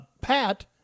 Pat